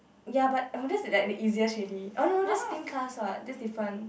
ya but oh that's like the easiest already oh no that's spin class what that's different